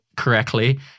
correctly